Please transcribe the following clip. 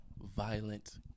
violent